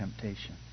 temptation